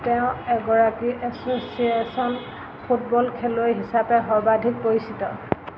তেওঁ এগৰাকী association football খেলুৱৈ হিচাপে সৰ্বাধিক পৰিচিত